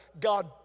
God